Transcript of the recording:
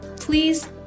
Please